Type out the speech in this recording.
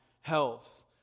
health